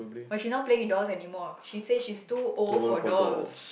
but she not playing with dolls anymore she say she's too old for dolls